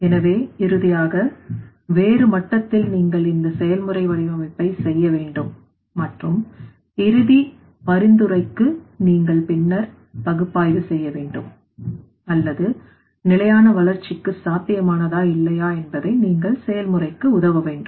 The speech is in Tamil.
எனவே இறுதியாக வேறு மட்டத்தில் நீங்கள் இந்த செயல்முறை வடிவமைப்பை செய்ய வேண்டும் மற்றும் இறுதி பரிந்துரைக்கு நீங்கள் பின்னர் பகுப்பாய்வு செய்ய வேண்டும் அல்லது நிலையான வளர்ச்சிக்கு சாத்தியமானதா இல்லையா என்பதை நீங்கள் செயல்முறைக்கு உதவ வேண்டும்